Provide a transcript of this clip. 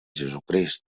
jesucrist